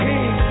King